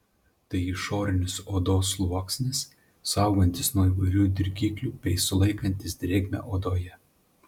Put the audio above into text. tai išorinis odos sluoksnis saugantis nuo įvairių dirgiklių bei sulaikantis drėgmę odoje